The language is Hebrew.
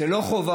זו לא חובה,